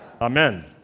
Amen